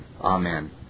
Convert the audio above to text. Amen